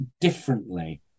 differently